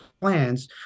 plans